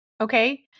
Okay